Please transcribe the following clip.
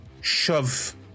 shove